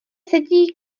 sedí